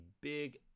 big